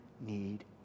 need